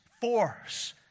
force